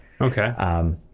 Okay